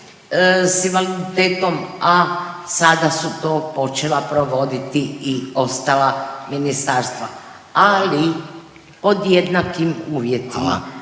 s invaliditetom, a sada su to počela provoditi i ostale ministarstva, ali pod jednakim uvjetima…/Upadica